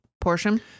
portion